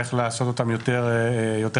איך לעשות אותם יותר חלקים.